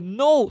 no